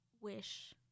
wish